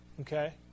Okay